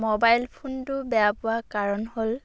mobile ফোনটো বেয়া পোৱাৰ কাৰণ হ'ল